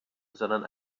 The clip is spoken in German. sondern